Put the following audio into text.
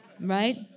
Right